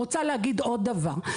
אני רוצה להגיד עוד דבר.